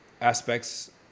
aspects